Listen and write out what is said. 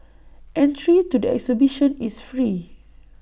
entry to the exhibition is free